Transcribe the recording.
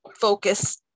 focus